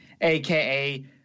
AKA